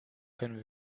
können